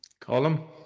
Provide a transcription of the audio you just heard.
Column